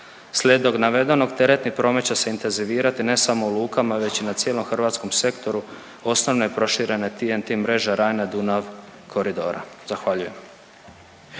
Slijedom navedenog, teretni promet će se intenzivirati, ne samo u lukama, već i na cijelom hrvatskom sektoru osnovne proširenje TEN-T mreže Rajna-Dunav koridora. Zahvaljujem.